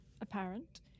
apparent